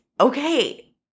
Okay